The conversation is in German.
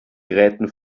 gräten